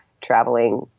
traveling